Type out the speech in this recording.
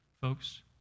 Folks